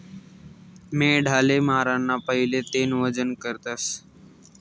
मेंढाले माराना पहिले तेनं वजन करतस